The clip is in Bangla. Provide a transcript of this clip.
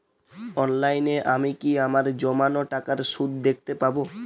অনলাইনে আমি কি আমার জমানো টাকার সুদ দেখতে পবো?